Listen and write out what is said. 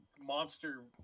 monster